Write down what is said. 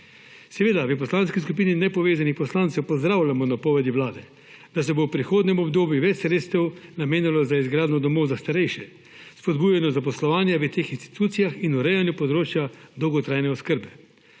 Seveda v Poslanski skupini nepovezanih poslancev pozdravljamo napovedi Vlade, da se bo v prihodnjem obdobju več sredstev namenjalo za izgradnjo domov za starejše, spodbujanju zaposlovanja v teh institucijah in urejanju področja dolgotrajne oskrbe,